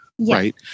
Right